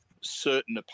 certain